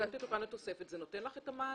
זה נותן לך את המענה?